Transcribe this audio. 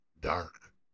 dark